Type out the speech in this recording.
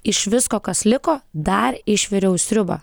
iš visko kas liko dar išviriau sriubą